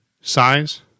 size